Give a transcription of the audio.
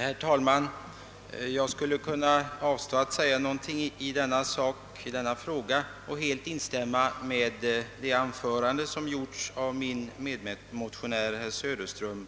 Herr talman! Jag skulle kunna avstå från att säga någonting i denna fråga och helt instämma i det anförande som hållits av min medmotionär herr Söderström.